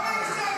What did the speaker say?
למה הוא יושב?